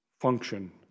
function